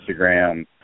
Instagram